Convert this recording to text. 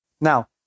Now